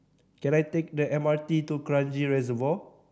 can I take the M R T to Kranji Reservoir